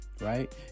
right